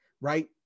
right